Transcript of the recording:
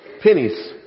Pennies